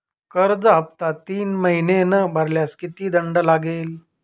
कर्ज हफ्ता तीन महिने न भरल्यास किती दंड लागेल?